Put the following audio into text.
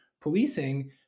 policing